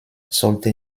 sollte